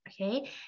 Okay